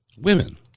women